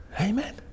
Amen